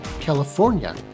California